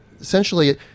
essentially